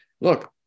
look